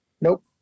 Nope